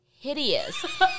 hideous